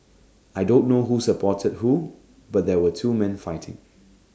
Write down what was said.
I don't know who supported who but there were two man fighting